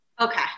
Okay